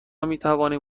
میتوانیم